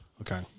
Okay